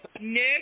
Nick